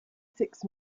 sixth